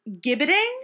gibbeting